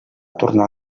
tornar